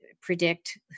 predict